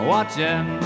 Watching